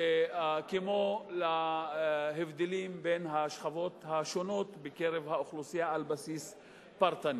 כמו להבדלים בין השכבות השונות באוכלוסייה על בסיס פרטני.